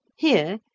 here,